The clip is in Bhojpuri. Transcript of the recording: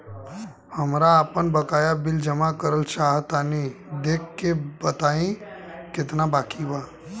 हमरा आपन बाकया बिल जमा करल चाह तनि देखऽ के बा ताई केतना बाकि बा?